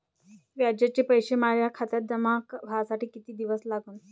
व्याजाचे पैसे माया खात्यात जमा व्हासाठी कितीक दिवस लागन?